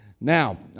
Now